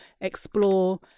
explore